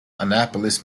annapolis